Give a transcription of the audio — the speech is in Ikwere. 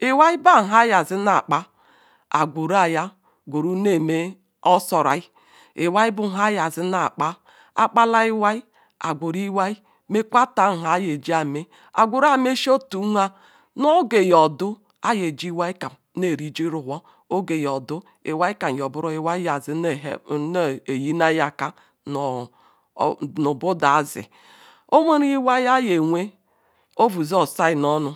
ihwa bala nha azi akpa a gwuru nea osuram iwei bu nla azi ne kp akpala iwai agweru mekutata nha ayi ji mza gwerua meji ota nha oge yordu aypji iwu kam ni irji ruhuo osi yordu iwai kam zo bu lheal nepyaneii aka nu bada azi oweru iheal aye wa ovu zu osionunu.